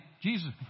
Jesus